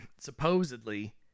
supposedly